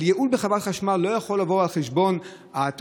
אבל ייעול בחברת החשמל לא יכול לבוא על חשבון התושבים,